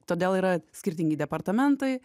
todėl yra skirtingi departamentai